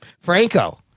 Franco